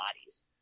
bodies